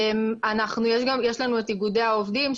יש לנו את איגודי העובדים,